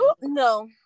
no